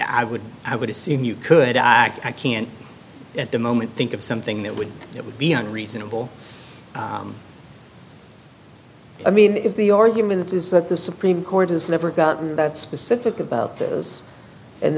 i would i would assume you could i can't at the moment think of something that would it would be on reasonable i mean if the argument is that the supreme court has never gotten that specific about this and